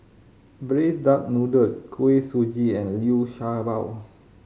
Braised Duck Noodle Kuih Suji and Liu Sha Bao